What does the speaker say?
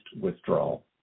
withdrawal